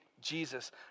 Jesus